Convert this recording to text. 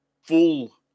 full